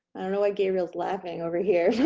i don't know why gabriel's laughing over here.